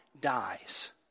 dies